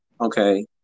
Okay